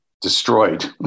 destroyed